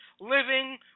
living